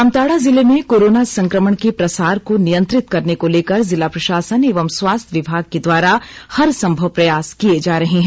जामताड़ा जिले में कोरोना संक्रमण के प्रसार को नियंत्रित करने को लेकर जिला प्रशासन एवं स्वास्थ्य विभाग के द्वारा हर संभव प्रयास किए जा रहे हैं